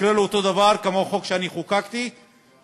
יקרה לו אותו הדבר כמו לחוק שאני חוקקתי לייצוג